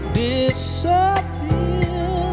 disappear